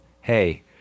hey